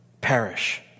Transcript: perish